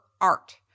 art